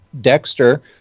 Dexter